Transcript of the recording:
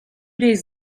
days